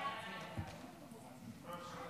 ההצעה